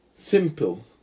Simple